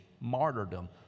martyrdom